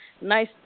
nice